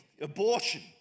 abortion